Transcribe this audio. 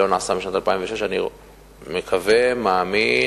לא נעשה משנת 2006. אני מקווה, מאמין